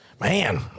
man